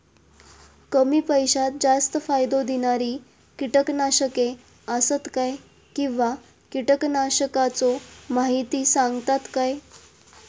कमी पैशात जास्त फायदो दिणारी किटकनाशके आसत काय किंवा कीटकनाशकाचो माहिती सांगतात काय?